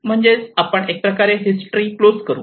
म्हणजेच आपण एक प्रकारे हिस्ट्री क्लोज करू